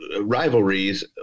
rivalries